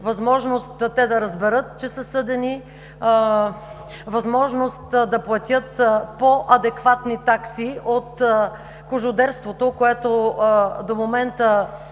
възможност те да разберат, че са съдени, възможност да платят по-адекватни такси от кожодерството, което до момента